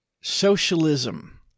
socialism